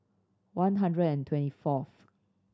one hundred and twenty fourth